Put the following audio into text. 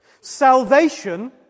Salvation